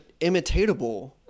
imitatable